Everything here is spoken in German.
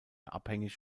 abhängig